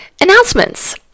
Announcements